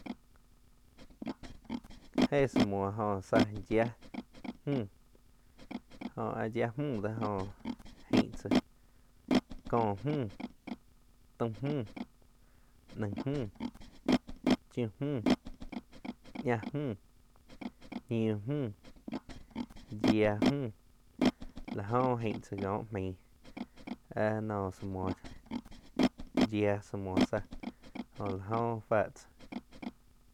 Njé tsa muoh jó tzá yía mjú jo áh yiaj mju dó jó aing tsá: có mju, taum mjú, naing mju, chiú mju, ñáh mju, niu mju, yiah mju, la jó aing tzá ko maing áh nou tzá muoh yiáh tzá muoh tzájó lah jó fá tsá.